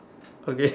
okay